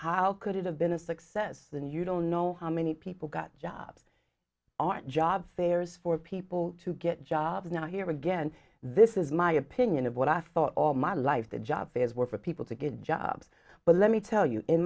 how could it have been a success when you don't know how many people got jobs aren't job fairs for people to get jobs not here again this is my opinion of what i thought all my life the job fairs were for people to get jobs but let me tell you in